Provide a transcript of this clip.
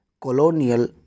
colonial